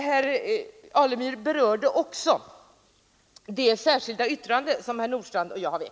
Herr Alemyr berörde också det särskilda yttrande som herr Nordstrandh och jag avgivit.